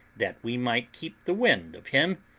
that we might keep the wind of him,